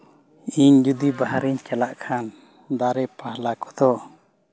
ᱤᱧ ᱡᱩᱫᱤ ᱵᱟᱦᱮᱨᱤᱧ ᱪᱟᱞᱟᱜ ᱠᱷᱟᱱ ᱫᱟᱨᱮ ᱯᱟᱞᱟ ᱠᱚᱫᱚ